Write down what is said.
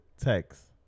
text